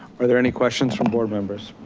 are there any questions from board members?